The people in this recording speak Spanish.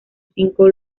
cinco